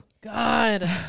God